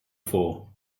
for